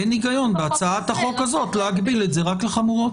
אין היגיון בהצעת החוק הזאת להגביל את זה רק לחומרות.